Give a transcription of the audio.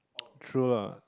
true lah